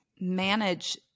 manage